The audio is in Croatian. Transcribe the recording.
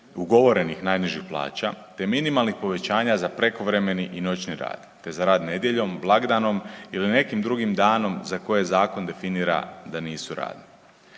ugovorenih najnižih plaća, te minimalnih povećanja za prekovremeni i noćni rad, te za rad nedjeljom, blagdanom ili nekim drugim danom za koje zakon definira da nisu radni.